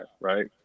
right